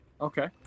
Okay